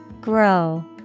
Grow